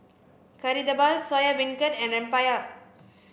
kari debal soya beancurd and rempeyek